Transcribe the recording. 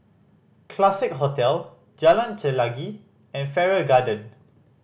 Classique Hotel Jalan Chelagi and Farrer Garden